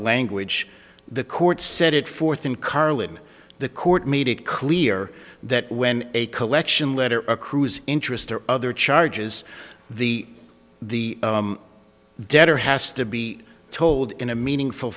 language the court set it forth in carlin the court made it clear that when a collection letter accrues interest or other charges the the debtor has to be told in a meaningful